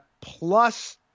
plus